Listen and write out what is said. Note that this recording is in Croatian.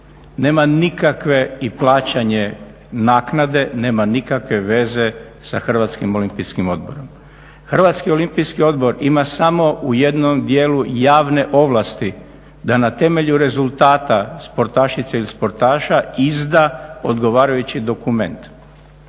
sportaša i plaćanje naknade nema nikakve veze sa HOO-om. Hrvatski olimpijski odbor ima samo u jednom dijelu javne ovlasti da na temelju rezultata sportašice ili sportaša izda odgovarajući dokument.